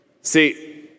See